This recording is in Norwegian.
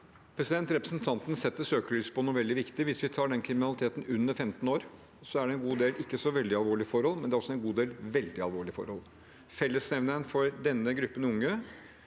Repre- sentanten setter søkelyset på noe veldig viktig. Hvis vi tar kriminaliteten begått av personer under 15 år, er det en god del ikke så veldig alvorlige forhold, men det er også en god del veldig alvorlige forhold. Fellesnevneren for denne gruppen unge